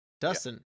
Dustin